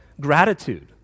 gratitude